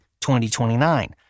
2029